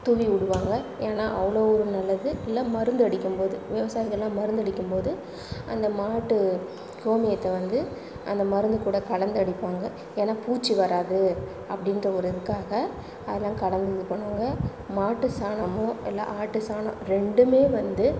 தூவி விடுவாங்க ஏன்னால் அவ்வளோ ஒரு நல்லது இல்லை மருந்து அடிக்கும்போது விவசாயிகளெலாம் மருந்து அடிக்கும்போது அந்த மாட்டு கோமியத்தை வந்து அந்த மருந்து கூட கலந்து அடிப்பாங்க ஏன்னால் பூச்சி வராது அப்படின்ற ஒரு இதுக்காக அதெலாம் கலந்து இது பண்ணுவாங்க மாட்டு சாணமோ இல்லை ஆட்டு சாணம் ரெண்டுமே வந்து